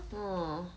hor